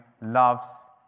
loves